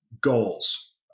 goals